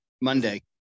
Monday